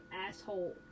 asshole